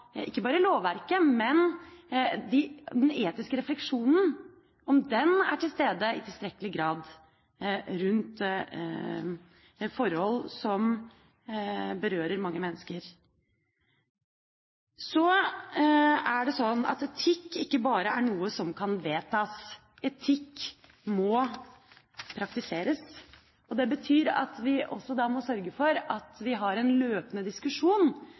til stede i tilstrekkelig grad rundt et forhold som berører mange mennesker. Etikk er ikke noe som bare kan vedtas. Etikk må praktiseres, og det betyr at vi også må sørge for at vi har en løpende diskusjon